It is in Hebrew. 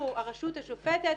הוא הרשות השופטת,